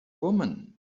woman